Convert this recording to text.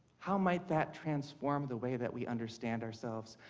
how might that transform the way that we understand ourselves?